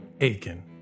Aiken